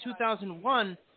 2001